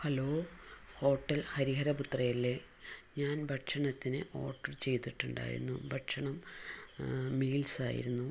hello hotel ഹരിഹരപുത്രയല്ലേ ഞാൻ ഭക്ഷണത്തിന് ഓർഡർ ചെയ്തിട്ടുണ്ടായിരുന്നു ഭക്ഷണം മീൽസായിരുന്നു